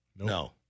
No